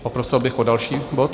Poprosil bych o další bod.